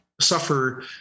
suffer